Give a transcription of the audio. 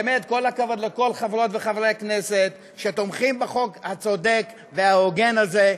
באמת כל הכבוד לכל חברות וחברי הכנסת שתומכים בחוק הצודק וההוגן הזה.